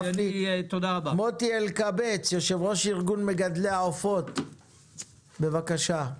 מוטי אלקבץ, יושב-ראש ארגון מגדלי העופות, בבקשה.